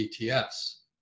ETS